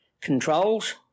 controls